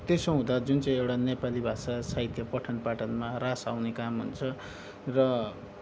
त्यसो हुँदा जुन चाहिँ एउटा नेपाली भाषा साहित्य पठन पाठनमा ह्रास आउने काम हुन्छ र